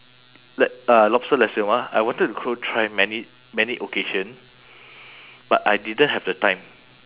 l~ uh lobster nasi lemak I wanted go try many many occasion but I didn't have the time